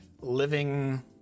living